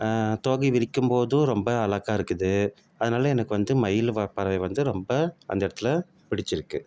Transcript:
தோகையை விரிக்கும் போதும் ரொம்ப அழகா இருக்குது அதனால் எனக்கு வந்து மயிலு ப பறவையை வந்து ரொம்ப அந்த இடத்துல பிடிச்சிருக்குது